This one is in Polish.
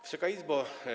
Wysoka Izbo!